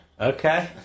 Okay